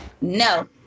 No